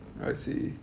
I see